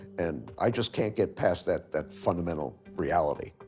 and i just can't get past that, that fundamental reality.